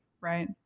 Right